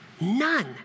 None